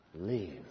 leave